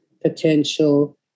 potential